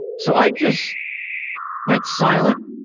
so i just went silent